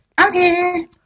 Okay